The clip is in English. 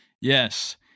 yes